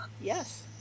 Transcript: yes